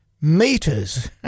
meters